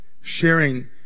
sharing